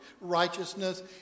righteousness